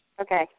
Okay